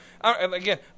again